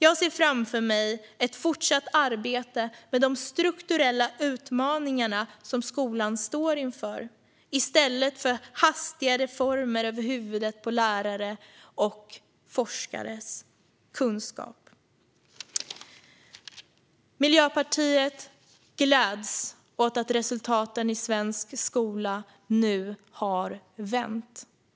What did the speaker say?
Jag ser framför mig ett fortsatt arbete med de strukturella utmaningar som skolan står inför i stället för hastiga reformer över huvudet på lärares och forskares kunskap. Miljöpartiet gläds åt att resultaten i svensk skola nu har vänt.